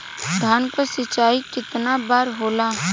धान क सिंचाई कितना बार होला?